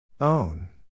Own